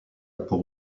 pour